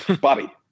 Bobby